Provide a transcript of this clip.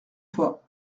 fois